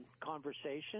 conversation